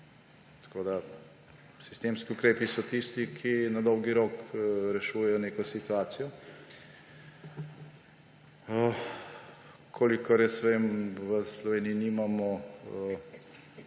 ukrep. Sistemski ukrepi so tisti, ki na dolgi rok rešujejo neko situacijo. Kolikor jaz vem, v Sloveniji nimamo